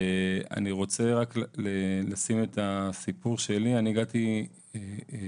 אני רק רוצה לתת את הסיפור שלי: אני הגעתי לתרום